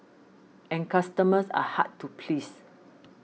and customers are hard to please